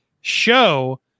show